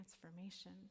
transformation